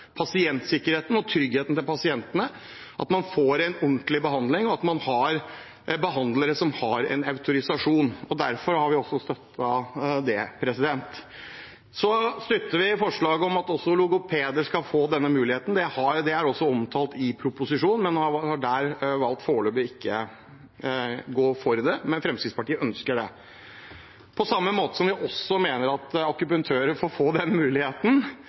pasientsikkerheten og tryggheten til pasientene, at man får en ordentlig behandling, og at man har behandlere som har autorisasjon. Derfor har vi også støttet det. Så støtter vi forslaget om at også logopeder skal få autorisasjon. Det er også omtalt i proposisjonen. Man har der valgt foreløpig ikke å gå for det, men Fremskrittspartiet ønsker det, på samme måte som vi mener at akupunktører bør få